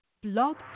Blog